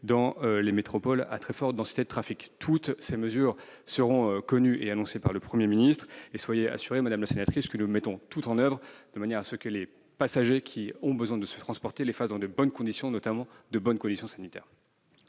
dans les métropoles à très forte densité de trafic. Toutes ces mesures seront connues et annoncées par le Premier ministre. Soyez assurée, madame la sénatrice, que nous mettons tout en oeuvre de manière que les passagers utilisent les transports dans de bonnes conditions, notamment sanitaires.